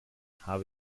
habe